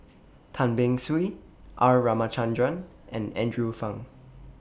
Tan Beng Swee R Ramachandran and Andrew Phang